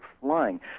flying